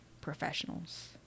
professionals